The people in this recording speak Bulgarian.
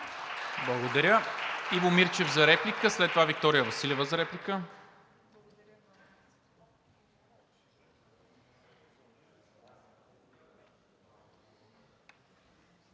Благодаря. Ивайло Мирчев – за реплика. След това Виктория Василева – за реплика.